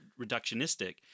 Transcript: reductionistic